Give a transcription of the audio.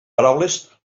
paraules